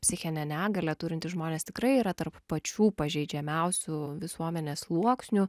psichinę negalią turintys žmonės tikrai yra tarp pačių pažeidžiamiausių visuomenės sluoksnių